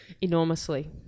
Enormously